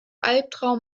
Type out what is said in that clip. albtraum